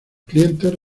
clientes